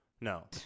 No